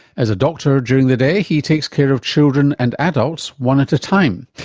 as a doctor during the day he takes care of children and adults one at a time.